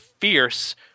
fierce